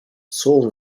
soul